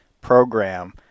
program